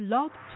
Love